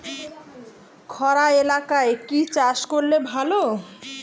খরা এলাকায় কি চাষ করলে ভালো?